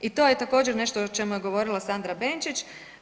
I to je također nešto o čemu je govorila Sandra Benčić.